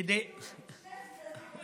שני צדדים